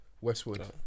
Westwood